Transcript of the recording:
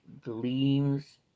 gleams